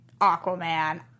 Aquaman